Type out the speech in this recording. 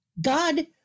God